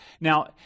Now